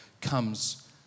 comes